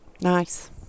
nice